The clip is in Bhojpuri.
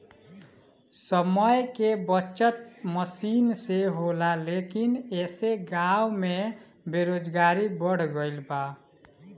समय के बचत मसीन से होला लेकिन ऐसे गाँव में बेरोजगारी बढ़ गइल बा